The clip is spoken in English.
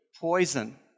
poison